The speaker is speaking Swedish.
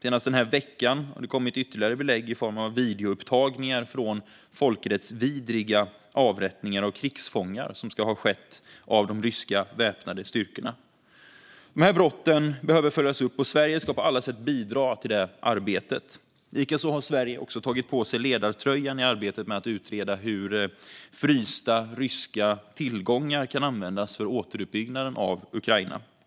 Senast denna vecka har det kommit ytterligare belägg i form av videoupptagningar av folkrättsvidriga avrättningar av krigsfångar som ska ha begåtts av de ryska väpnade styrkorna. Dessa brott behöver följas upp. Sverige ska på alla sätt bidra till det arbetet. Sverige har också tagit på sig ledartröjan i arbetet med att utreda hur frysta ryska tillgångar kan användas för återuppbyggnaden av Ukraina.